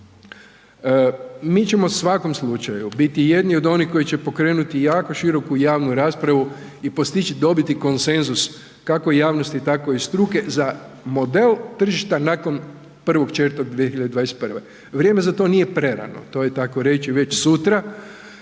Mi ćemo u svakom slučaju biti jedni od onih koji će pokrenuti jako široku javnu raspravu i postići dobiti konsenzus kako javnosti, tako i struke za model tržišta nakon 1.4.2021., vrijeme za to nije prerano, to je takoreći već sutra.